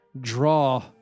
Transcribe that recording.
draw